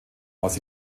aus